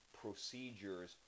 procedures